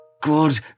good